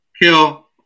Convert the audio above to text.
kill